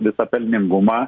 visą pelningumą